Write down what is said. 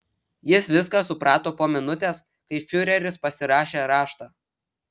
jis viską suprato po minutės kai fiureris pasirašė raštą